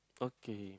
okay